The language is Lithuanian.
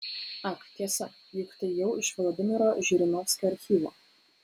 ak tiesa juk tai jau iš vladimiro žirinovskio archyvo